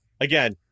Again